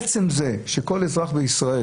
עצם זה שכל אזרח בישראל,